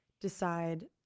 decide